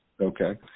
Okay